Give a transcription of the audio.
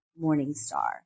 Morningstar